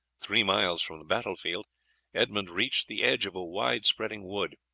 three miles from the battle-field edmund reached the edge of a wide-spreading wood.